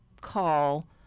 call